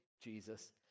jesus